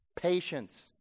patience